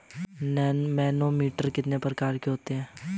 Manometer कितने प्रकार के होते हैं?